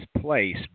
place